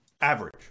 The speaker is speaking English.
average